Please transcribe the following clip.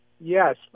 Yes